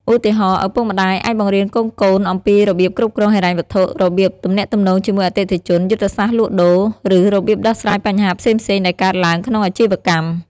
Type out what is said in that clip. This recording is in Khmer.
ឧទាហរណ៍ ឪពុកម្តាយអាចបង្រៀនកូនៗអំពីរបៀបគ្រប់គ្រងហិរញ្ញវត្ថុ របៀបទំនាក់ទំនងជាមួយអតិថិជន យុទ្ធសាស្ត្រលក់ដូរ ឬរបៀបដោះស្រាយបញ្ហាផ្សេងៗដែលកើតឡើងក្នុងអាជីវកម្ម។